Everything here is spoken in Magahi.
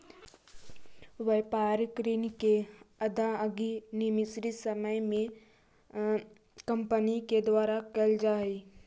व्यापारिक ऋण के अदायगी निश्चित समय में कंपनी के द्वारा कैल जा हई